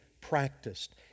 practiced